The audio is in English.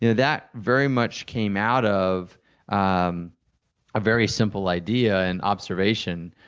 you know that very much came out of um a very simple idea and observation.